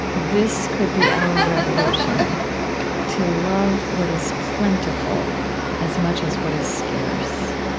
this could be our revolution to love what is plentiful as much as what is scarce.